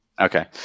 Okay